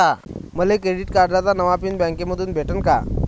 मले क्रेडिट कार्डाचा नवा पिन बँकेमंधून भेटन का?